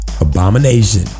abomination